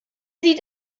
sieht